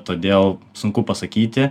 todėl sunku pasakyti